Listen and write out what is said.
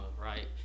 right